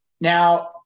now